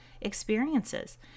experiences